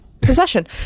possession